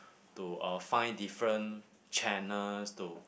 to uh find different channels to